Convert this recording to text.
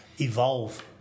evolve